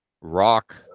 Rock